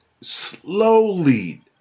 slowly